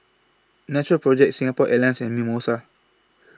Natural Project Singapore Airlines and Mimosa